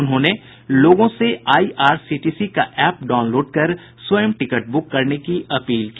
उन्होंने लोगों से आईआरसीटी का एप लोड कर स्वयं टिकट बुक करने की अपील की